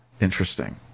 Interesting